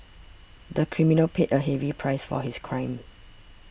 the criminal paid a heavy price for his crime